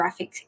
graphics